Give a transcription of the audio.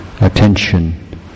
attention